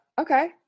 Okay